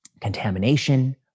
contamination